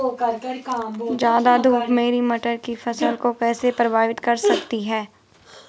ज़्यादा धूप मेरी मटर की फसल को कैसे प्रभावित कर सकती है?